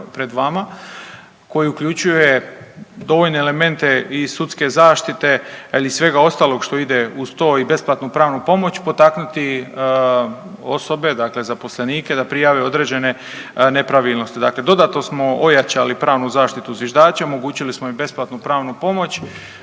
koji uključuje dovoljne elemente i sudske zaštite, ali i svega ostalog što ide uz to i besplatnu pravnu pomoć potaknuti osobe, dakle zaposlenike da prijave određene nepravilnosti. Dakle, dodatno smo ojačali pravnu zaštitu zviždačima, omogućili smo im besplatnu pravnu pomoć.